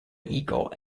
eagle